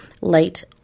late